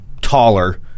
taller